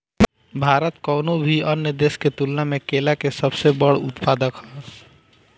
भारत कउनों भी अन्य देश के तुलना में केला के सबसे बड़ उत्पादक ह